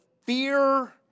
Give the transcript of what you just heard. fear